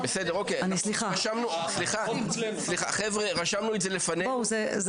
בסדר, אוקיי, אנחנו רשמנו את זה לפנינו.